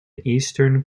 eastern